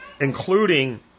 including